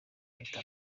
ahita